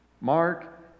Mark